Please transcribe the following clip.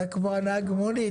אתה כמו נהג מונית.